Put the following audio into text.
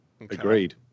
agreed